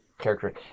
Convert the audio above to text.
character